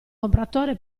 compratore